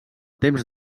temps